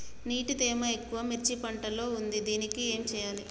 నీటి తేమ ఎక్కువ మిర్చి పంట లో ఉంది దీనికి ఏం చేయాలి?